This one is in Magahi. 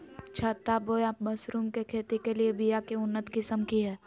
छत्ता बोया मशरूम के खेती के लिए बिया के उन्नत किस्म की हैं?